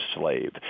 slave